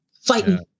fighting